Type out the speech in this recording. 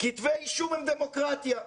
"כתבי אישום הם דמוקרטיה,